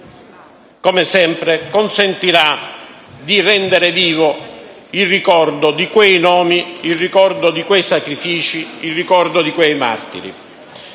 come sempre consentirà di rendere vivo il ricordo di quei nomi, di quei sacrifici, di quei martiri.